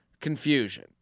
confusion